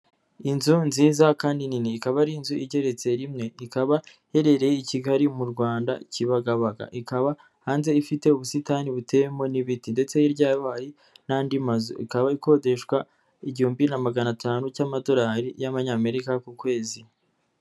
Inzu nziza kandi nini, ikaba ari inzu igeretse rimwe, ikaba iherereye i Kigali mu Rwanda Kibagabaga, ikaba hanze ifite ubusitani buteyemo n'ibiti ndetse hirya yayo hari n'andi mazu, ikaba ikodeshwa igihumbi na magana atanu cy'amadorari y'Amanyamerika ku kwezi.